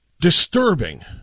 disturbing